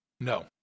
No